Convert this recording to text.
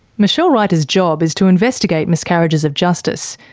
michele ruyters' job is to investigate miscarriages of justice.